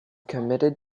committed